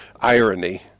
irony